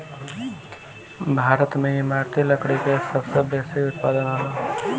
भारत में इमारती लकड़ी के सबसे बेसी उत्पादन होला